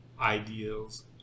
ideals